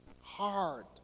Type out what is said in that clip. Hard